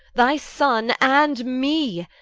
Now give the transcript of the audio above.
thy sonne, and me,